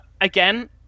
again